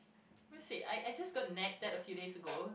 I I just got nagged a few days ago